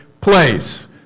place